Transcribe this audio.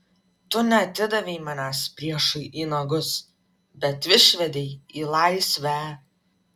tu neatidavei manęs priešui į nagus bet išvedei į laisvę